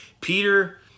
Peter